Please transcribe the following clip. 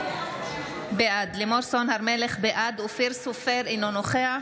בעד אופיר סופר, אינו נוכח